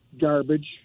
garbage